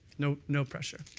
no no pressure.